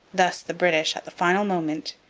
thus the british, at the final moment,